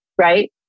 right